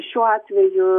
šiuo atveju